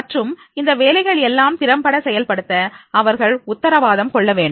மற்றும் இந்த வேலைகள் எல்லாம் திறம்பட செயல்படுத்த அவர்கள் உத்தரவாதம் கொள்ள வேண்டும்